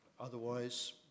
Otherwise